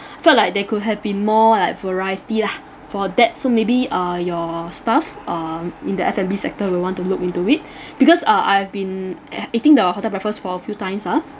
felt like there could have been more like variety lah for that so maybe uh your staff uh in the F&B sector will want to look into it because uh I have been uh eating the hotel breakfast for a few times ah